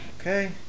Okay